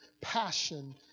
passion